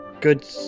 good